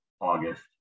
August